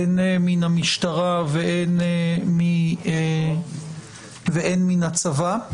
הן מן המשטרה והן מן הצבא.